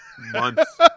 Months